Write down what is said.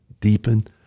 deepen